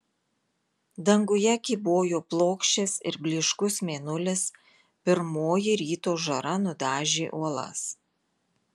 danguje kybojo plokščias ir blyškus mėnulis pirmoji ryto žara nudažė uolas